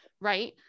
right